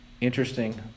interesting